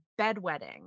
bedwetting